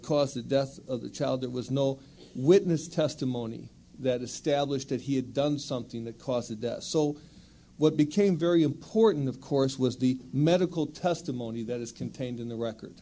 caused the death of the child that was no witness testimony that established that he had done something that caused the death so what became very important of course was the medical testimony that is contained in the record